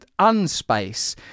unspace